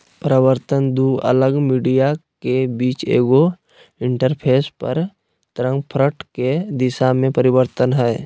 परावर्तन दू अलग मीडिया के बीच एगो इंटरफेस पर तरंगफ्रंट के दिशा में परिवर्तन हइ